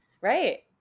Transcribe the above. Right